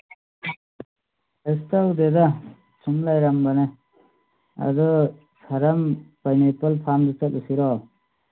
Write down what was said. ꯀꯩꯁꯨ ꯇꯧꯗꯦꯗ ꯁꯨꯝ ꯂꯩꯔꯝꯕꯅꯦ ꯑꯗꯨ ꯁꯔꯝ ꯄꯥꯏꯅꯦꯄꯜ ꯐꯥꯝꯗ ꯆꯠꯂꯨꯁꯤꯔꯣ